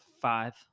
five